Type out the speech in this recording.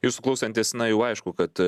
jūsų klausantis na jau aišku kad